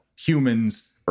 humans—